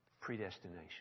predestination